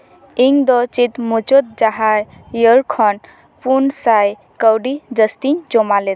ᱤᱧ ᱫᱚ ᱪᱮᱫ ᱢᱩᱪᱟᱹᱫ ᱡᱟᱦᱟᱸᱭ ᱤᱭᱟᱨ ᱠᱷᱟᱱ ᱯᱩᱱ ᱥᱟᱭ ᱠᱟᱹᱣᱰᱤ ᱡᱟᱹᱥᱛᱤᱧ ᱡᱚᱢᱟ ᱞᱮᱫᱟ